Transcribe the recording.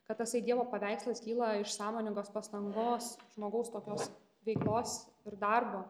kad tasai dievo paveikslas kyla iš sąmoningos pastangos žmogaus tokios veiklos ir darbo